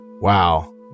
Wow